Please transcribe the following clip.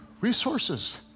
resources